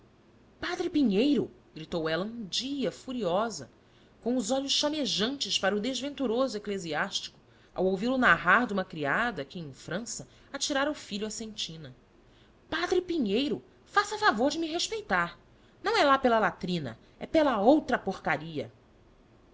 padre pinheiro gritou ela um dia furiosa com os óculos chamejantes para o desventuroso eclesiástico ao ouvi-lo narrar de uma criada que em frança atirara o filho à sentina padre pinheiro faça favor de me respeitar não é lá pela latrina é pela outra porcaria